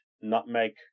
nutmeg